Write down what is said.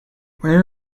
where